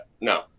no